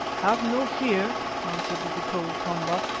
have no fear, answered the cold komba,